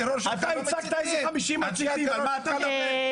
אתה ייצגת איזה 50 מציתים, על מה אתה מדבר?